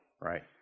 right